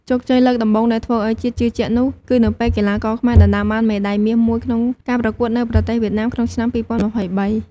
ជោគជ័យលើកដំបូងដែលធ្វើឱ្យជាតិជឿជាក់នោះ គឺនៅពេលកីឡាករខ្មែរដណ្តើមបានមេដាយមាសមួយក្នុងការប្រកួតនៅប្រទេសវៀតណាមក្នុងឆ្នាំ ២០២៣។